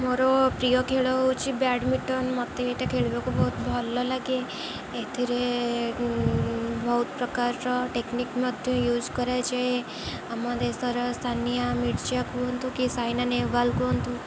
ମୋର ପ୍ରିୟ ଖେଳ ହେଉଛି ବ୍ୟାଡ଼ମିଟନ୍ ମୋତେ ଏଇଟା ଖେଳିବାକୁ ବହୁତ ଭଲଲାଗେ ଏଥିରେ ବହୁତ ପ୍ରକାରର ଟେକ୍ନିକ୍ ମଧ୍ୟ ୟୁଜ୍ କରାଯାଏ ଆମ ଦେଶର ସାନିଆ ମିର୍ଜା କୁହନ୍ତୁ କି ସାଇନା ନେହୱାଲ କୁହନ୍ତୁ